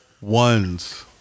ones